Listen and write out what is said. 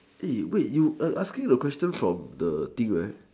wait you asking the question from the thing right